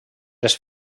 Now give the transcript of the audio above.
les